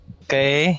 okay